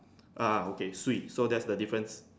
ah okay swee so that's the difference